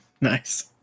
nice